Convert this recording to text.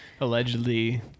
allegedly